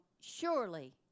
surely